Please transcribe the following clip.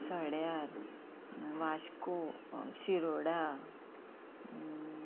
सड्यार वाश्को शिरोडा